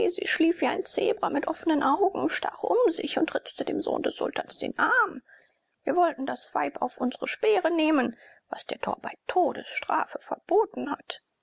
schlief wie ein zebra mit offnen augen stach um sich und ritzte dem sohne des sultans den arm wir wollten das weib auf unsre speere nehmen was der tor bei todesstrafe verbot der